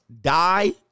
die